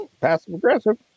Passive-aggressive